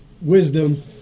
wisdom